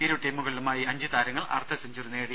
ഇരു ട്രീമുകളിലുമായി അഞ്ചു താര ങ്ങൾ അർധസെഞ്ചുറി നേടി